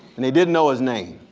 and they didn't know his name.